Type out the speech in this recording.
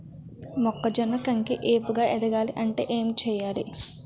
మొక్కజొన్న కంకి ఏపుగ ఎదగాలి అంటే ఏంటి చేయాలి?